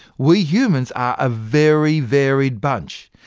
we humans are a very varied bunch,